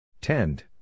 Tend